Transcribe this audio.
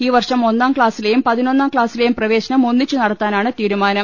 ഈ വർഷം ഒന്നാം ക്ലാസിലെയും പതിനൊന്നാം ക്ലാസിലെയും പ്രവേശനം ഒന്നിച്ചു നടത്താനാണ് തീരുമാനം